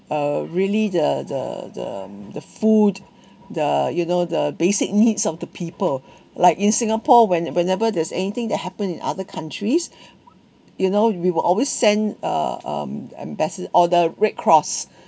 uh really the the the the food the you know the basic needs of the people like in singapore when whenever there's anything that happened in other countries you know we will always send uh um ambassador or the red cross